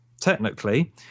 technically